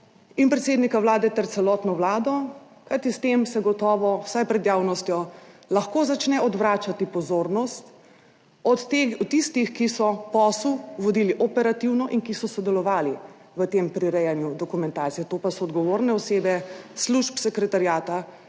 in predsednika Vlade ter celotno Vlado, kajti s tem se gotovo vsaj pred javnostjo lahko začne odvračati pozornost od tistih, ki so posel vodili operativno in ki so sodelovali v tem prirejanju dokumentacije - to pa so odgovorne osebe služb sekretariata,